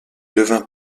devint